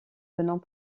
venant